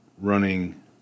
running